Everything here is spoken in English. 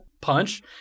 punch